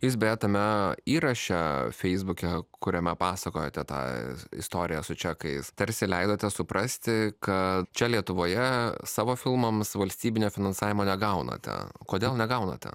jūs beje tame įraše feisbuke kuriame pasakojate tą istoriją su čekais tarsi leidote suprasti kad čia lietuvoje savo filmams valstybinio finansavimo negaunate kodėl negaunate